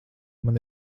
man